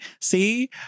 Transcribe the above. see